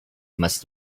must